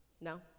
No